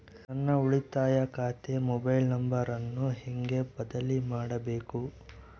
ನನ್ನ ಉಳಿತಾಯ ಖಾತೆ ಮೊಬೈಲ್ ನಂಬರನ್ನು ಹೆಂಗ ಬದಲಿ ಮಾಡಬೇಕು?